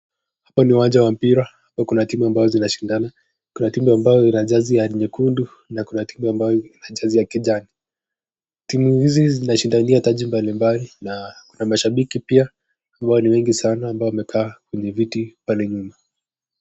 Hapa ni uwanja Kuna mpira Kuna watu wanashindana Kuna timu ambaye Ina jesii nyekundu na Kuna timu Ina jasii ya kijani timu hizi zinashindania taji mbalimbali mbalimbali na Kuna mashabiki ambaye ni wengi wamekaa kwenye viti pale nyuma.